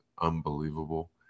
unbelievable